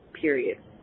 period